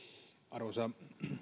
arvoisa